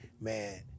man